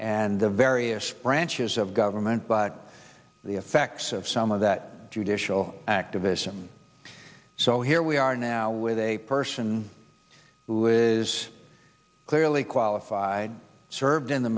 and the various branches of government but the effects of some of that judicial activism so here we are now with a person who is clearly qualified served in the